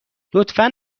لطفا